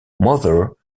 mother